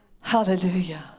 Hallelujah